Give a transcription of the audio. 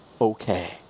okay